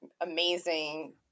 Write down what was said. amazing